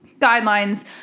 guidelines